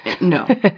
No